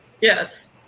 Yes